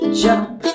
jump